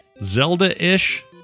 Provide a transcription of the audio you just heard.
Zelda-ish